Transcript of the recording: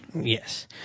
Yes